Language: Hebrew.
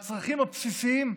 הצרכים הבסיסים,